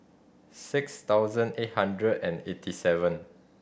six thousand eight hundred and eighty seven